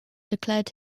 declared